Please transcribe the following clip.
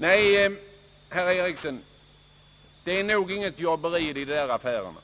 Nej, herr Eriksson, det är nog inget jobberi i dessa affärer.